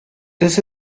this